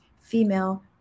female